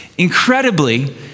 Incredibly